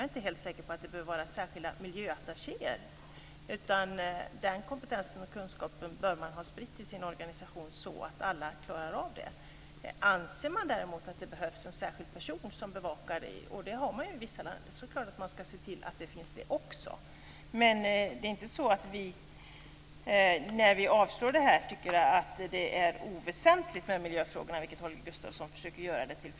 Jag är inte helt säker på att det behöver vara särskilda miljöattachéer, utan den kunskapen och kompetensen bör man ha spritt i sin organisation så att alla klarar av detta. Anser man däremot att det behövs en särskild person som bevakar miljöfrågorna - det har man ju i vissa länder - är det klart att man ska se till att det finns en sådan också. Men det är inte så att vi, när vi avstyrker det här förslaget, tycker att det är oväsentligt med miljöfrågorna, vilket Holger Gustafsson försöker göra det till.